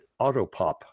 Autopop